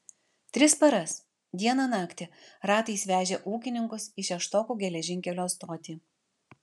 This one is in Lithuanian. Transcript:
tris paras dieną naktį ratais vežė ūkininkus į šeštokų geležinkelio stotį